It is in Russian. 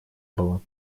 было